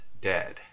dead